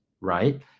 right